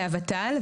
וה-ות"ל,